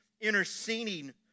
interceding